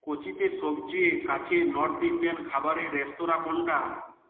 কোচিতে সবচেয়ে কাছের North Indian খাবারের রেস্তরাঁ কোনটা